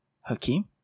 Hakeem